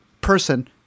person